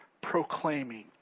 proclaiming